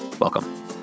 Welcome